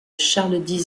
charles